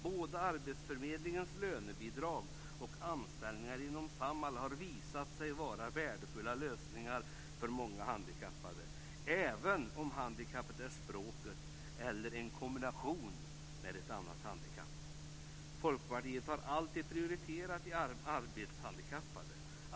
Både arbetsförmedlingens lönebidrag och anställningar inom Samhall har visat sig vara värdefulla lösningar för många handikappade, även om handikappet är språket eller en kombination med ett annat handikapp. Folkpartiet har alltid prioriterat de arbetshandikappade.